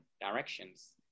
directions